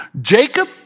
Jacob